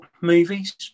movies